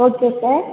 okay sir